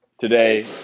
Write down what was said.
today